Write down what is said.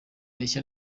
rishya